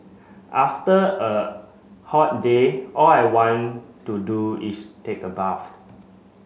after a hot day all I want to do is take a bath